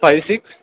five six